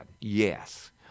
Yes